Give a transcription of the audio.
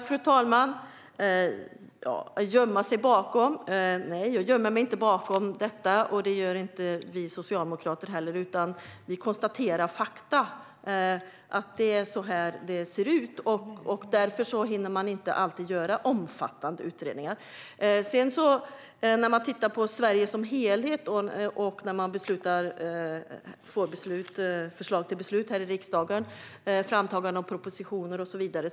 Fru talman! Nej, jag och Socialdemokraterna gömmer oss inte bakom detta, utan vi konstaterar fakta: Det är så här det ser ut, och därför hinner man inte alltid göra omfattande utredningar. Man kan titta på Sverige som helhet. Det handlar om när vi får förslag till beslut här i riksdagen, om framtagande av propositioner och så vidare.